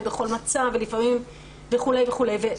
ובכל מצב ולפעמים וכו' וכו' וכו'.